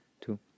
two